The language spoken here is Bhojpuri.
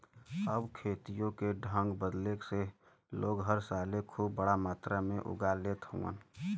अब खेतियों के ढंग बदले से लोग हर साले खूब बड़ा मात्रा मे कुल उगा लेत हउवन